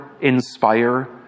inspire